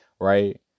right